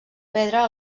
pedra